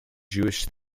jewish